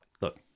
look